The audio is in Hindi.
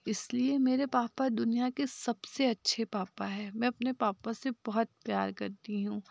इसलिए मेरे पापा दुनिया के सबसे सबसे अच्छे पापा हैं मैं अपने पापा से बहुत प्यार करती हूँं